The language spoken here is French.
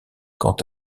quant